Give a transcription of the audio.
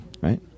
right